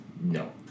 No